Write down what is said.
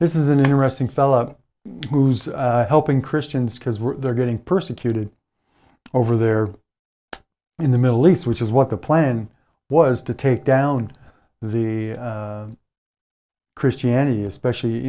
this is an interesting fellow who's helping christians because they're getting persecuted over there in the middle east which is what the plan was to take down the christianity especially